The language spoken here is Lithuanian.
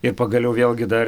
ir pagaliau vėlgi dar